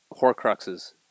Horcruxes